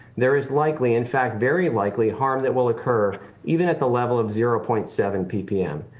there is likely, in fact, very likely, harm that will occur even at the level of zero point seven ppm.